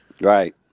Right